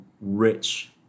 rich